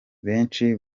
benshi